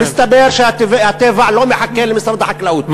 מסתבר שהטבע לא מחכה למשרד החקלאות,